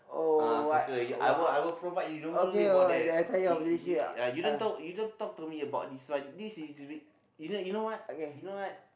uh soccer I will I will provide you don't worry about that you you uh you don't talk you don't talk to me about this one this is re~ you know you know what you know what